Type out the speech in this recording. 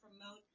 promote